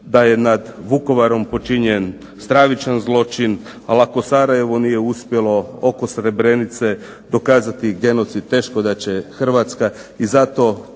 da je nad Vukovarom počinjen stravičan zločin, ali ako Sarajevo nije uspjelo oko Srebrenice dokazati genocid teško da će Hrvatska. I zato